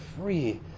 free